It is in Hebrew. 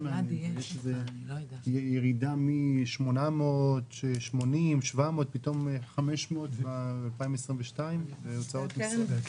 ירידה מ-880,700 ל-500 בשנת 2022 בהוצאות משרד.